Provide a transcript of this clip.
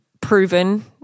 proven